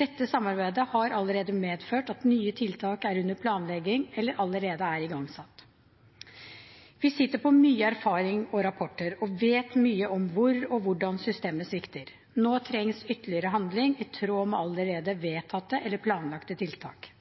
Dette samarbeidet har allerede medført at nye tiltak er under planlegging eller allerede igangsatt. Vi sitter på mye erfaring og mange rapporter og vet mye om hvor og hvordan systemet svikter. Nå trengs ytterligere handling i tråd med allerede vedtatte eller planlagte tiltak.